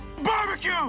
Barbecue